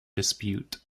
dispute